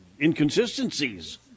inconsistencies